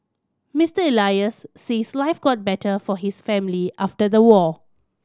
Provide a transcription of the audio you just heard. Mister Elias says life got better for his family after the war